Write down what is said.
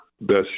best